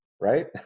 right